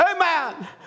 amen